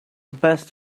best